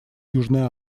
южной